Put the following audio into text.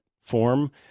form